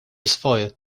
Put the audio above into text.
swoje